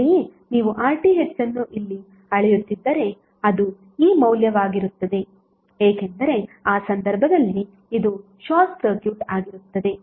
ಅಂತೆಯೇ ನೀವು RTh ಅನ್ನು ಇಲ್ಲಿ ಅಳೆಯುತ್ತಿದ್ದರೆ ಅದು ಈ ಮೌಲ್ಯವಾಗಿರುತ್ತದೆ ಏಕೆಂದರೆ ಆ ಸಂದರ್ಭದಲ್ಲಿ ಇದು ಶಾರ್ಟ್ ಸರ್ಕ್ಯೂಟ್ ಆಗಿರುತ್ತದೆ